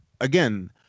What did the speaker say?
again